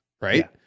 Right